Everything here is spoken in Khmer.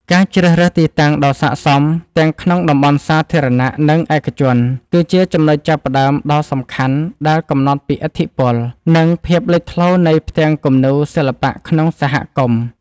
ការជ្រើសរើសទីតាំងដ៏ស័ក្តិសមទាំងក្នុងតំបន់សាធារណៈ និងឯកជន គឺជាចំណុចចាប់ផ្ដើមដ៏សំខាន់ដែលកំណត់ពីឥទ្ធិពល និងភាពលេចធ្លោនៃផ្ទាំងគំនូរសិល្បៈក្នុងសហគមន៍។